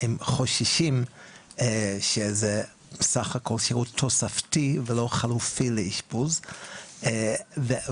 הם חוששים שזה סך הכול שירות תוספתי ולא חלופי לאשפוז ולא